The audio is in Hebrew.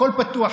הכול פתוח,